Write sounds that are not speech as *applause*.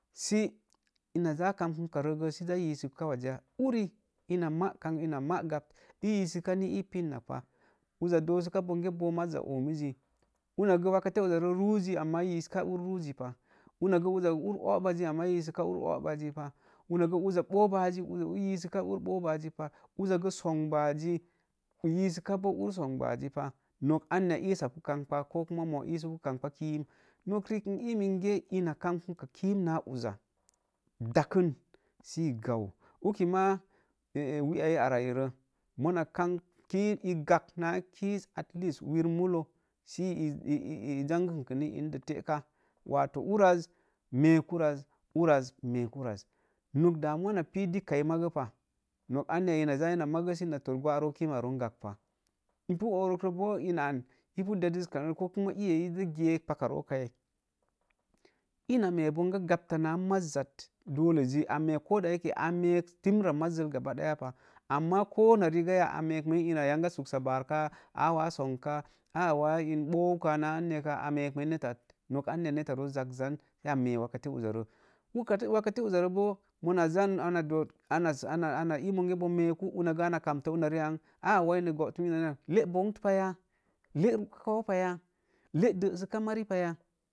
Sə ina zakan huhn ka rəgə sə zaayiisə kanasya sə ma zaa kamɓan karəgə i yisəkas zak ya uri ina ma gapt ina ma gapt i yisika ni ipinmakpa uza doosa bonge bo maza oomizzi uza gə wakati uzarə re ruuzi amma i yiska bonge una uza o'bazzi amma bonge ur o'baazipa uza uza ɓoobanzi amma i yisəka ur ɓoobaazipa, uzagə songbaazi i yisəka ur songbaazipa nok anya iisapu nokriiku iminge ina kam ɓənka kiinre nauza dakn sə i gau uki ma wi'aiyi arairə mona kamɓ kiiz i gag na kiiz atleast wir mulo səl jangən ku *hesitation* ində te'ka wato uras meek uras, uras meek uras nok damuwa napii dikka i magəpa nok anya ina za sə ina magə sə ina tor gwa'roo kiimaroom ga'pah i pu oruktoba wa an iya pu dedəskarəi kuma iyai geek pakrookai i mee bonge gapta na mazzat aloblezi ko da yake a meek timra mazzəl gaba daya pa amma ko na rigaya a meekmen ina yanga suksabarkaa awaa songka wa ɓoouka na anyakaa a meek men netta at wakate uza boo anaii monge boo meeku ana kamtə una ri'ang le’ bonkt paya le ru'ka koou paya le’ dəsəka mari paya ke puna suksa baar ya